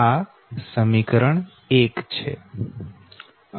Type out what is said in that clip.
આ સમીકરણ 1 છે